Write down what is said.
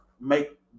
make